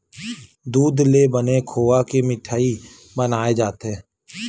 दूद ले बने खोवा के मिठई बनाए जाथे